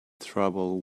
trouble